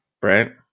Brent